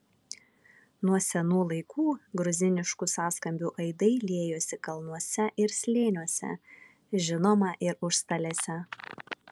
nuo senų laikų gruziniškų sąskambių aidai liejosi kalnuose ir slėniuose žinoma ir užstalėse